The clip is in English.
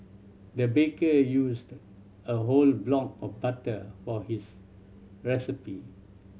the baker used a whole block of butter for his recipe